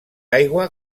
aigua